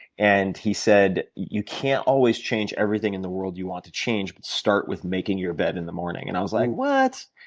and he said you can't always change everything in the world you want to change, but start with making your bed in the morning. and i was like what?